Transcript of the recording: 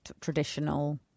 traditional